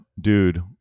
Dude